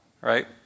right